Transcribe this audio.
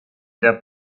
der